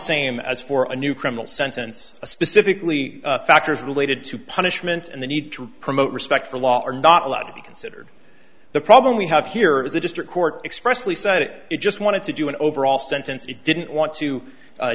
same as for a new criminal sentence specifically factors related to punishment and the need to promote respect for law are not allowed to be considered the problem we have here is the district court expressly said it it just wanted to do an overall sentence he didn't want to